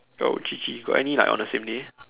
oh G_G got any like on the same day